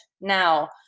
Now